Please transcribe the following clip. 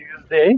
Tuesday